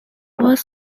was